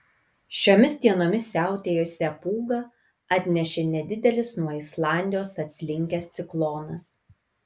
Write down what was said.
šiomis dienomis siautėjusią pūgą atnešė nedidelis nuo islandijos atslinkęs ciklonas